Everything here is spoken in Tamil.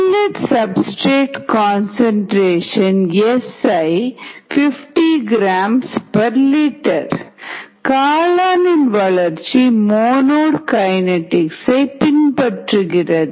5 inlet substrate concentration Si 50gl காளானின் வளர்ச்சி மோனோட் கைநெட்டிக்ஸ் சை பின்பற்றுகிறது